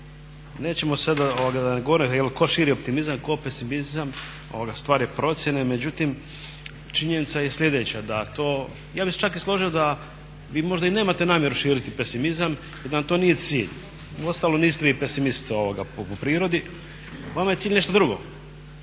Nećemo sada govoriti tko širi optimizam, tko pesimizam stvar je procjene, međutim činjenica je sljedeća da to ja bih se čak i složio da vi možda i nemate namjeru širiti pesimizam jer nam to nije cilj, uostalom niste vi pesimist po prirodi. Vama je cilj nešto drugo